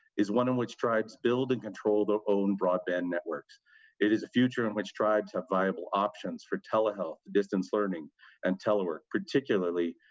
is one in which tribes build and control their own broadband networks it is the future in which tribes have viable options for telehealth distance learning and telework, particularly,